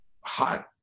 hot